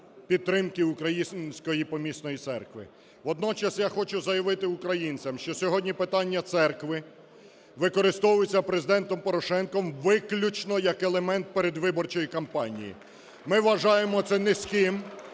підтримки української помісної церкви. Водночас я хочу заявити українцям, що сьогодні питання церкви використовується Президентом Порошенком виключно як елемент передвиборчої кампанії. (Оплески) Ми вважаємо це низьким,